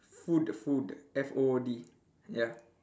food food F O O D ya